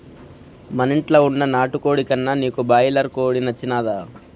మనింట్ల వున్న నాటుకోడి కన్నా నీకు బాయిలర్ కోడి నచ్చినాదా